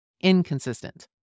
Inconsistent